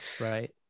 right